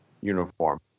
uniform